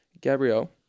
Gabrielle